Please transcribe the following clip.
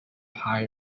hire